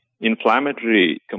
inflammatory